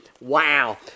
Wow